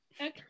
Okay